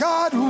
God